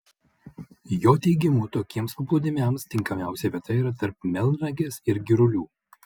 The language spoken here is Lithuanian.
jo teigimu tokiems paplūdimiams tinkamiausia vieta yra tarp melnragės ir girulių